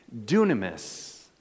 dunamis